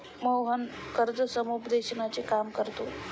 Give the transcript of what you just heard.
मोहन कर्ज समुपदेशनाचे काम करतो